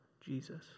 Jesus